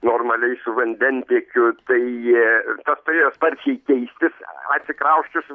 normaliais vandentiekiu tai j tas turėjo sparčiai keistis atsikrausčius